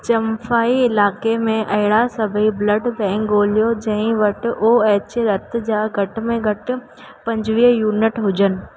चंफाई इलाइक़े में अहिड़ा सभई ब्लड बैंक ॻोल्हियो जंहिं वटि ओ एच रतु जा घट में घटि पंजवीह यूनिट हुजनि